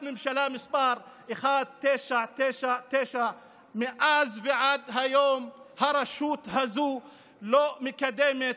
ממשלה מס' 1999. מאז ועד היום הרשות הזאת לא מקדמת,